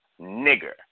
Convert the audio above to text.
nigger